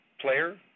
player